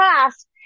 past